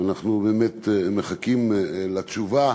ואנחנו באמת מחכים לתשובה.